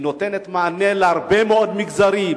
היא נותנת מענה להרבה מאוד מגזרים: